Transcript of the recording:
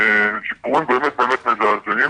שכולם באמת באמת מזעזעים